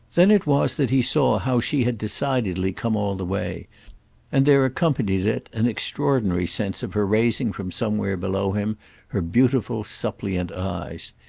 then it was that he saw how she had decidedly come all the way and there accompanied it an extraordinary sense of her raising from somewhere below him her beautiful suppliant eyes.